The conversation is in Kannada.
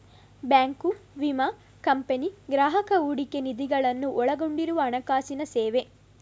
ಬ್ಯಾಂಕು, ವಿಮಾ ಕಂಪನಿ, ಗ್ರಾಹಕ ಹೂಡಿಕೆ ನಿಧಿಗಳನ್ನು ಒಳಗೊಂಡಿರುವ ಹಣಕಾಸಿನ ಸೇವೆ